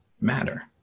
matter